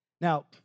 Now